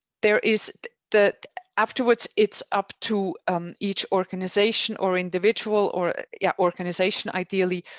there is that afterwards it's up to um each organization or individual or yeah organization, ideally,